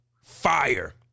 fire